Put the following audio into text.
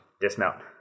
dismount